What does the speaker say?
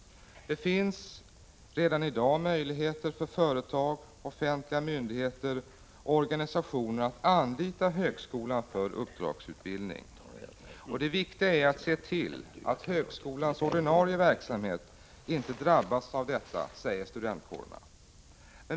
Det finns redan i dag möjligheter för företag, offentliga myndigheter och organisationer att anlita högskolan för uppdragsutbildning. Det viktiga är att se till att högskolans ordinarie verksamhet inte drabbas av detta, säger studentkårerna.